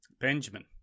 Benjamin